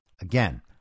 again